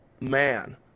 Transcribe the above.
man